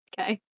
Okay